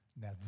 Now